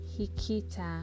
hikita